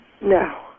No